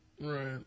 Right